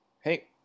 Hey